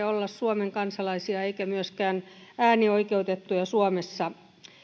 olla suomen kansalaisia eikä myöskään äänioikeutettuja suomessa